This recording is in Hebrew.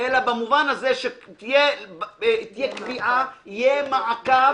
אלא במובן הזה שתהיה קביעה, יהיה מעקב.